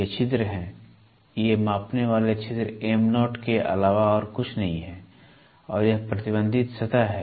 ये छिद्र हैं ये मापने वाले छिद्र Mo के अलावा और कुछ नहीं हैं और यह प्रतिबंधित सतह है